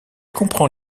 comprend